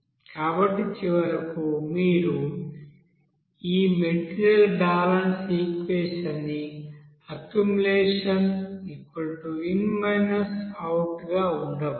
కాబట్టి చివరకు మీరు ఈ మెటీరియల్ బ్యాలెన్స్ఈక్వెషన్ ని అక్యుములేషన్ In Out గా ఉండవచ్చు